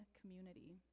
community